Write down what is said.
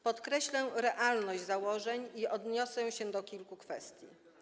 Podkreślę realność założeń i odniosę się do kilku kwestii.